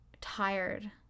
tired